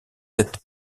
sept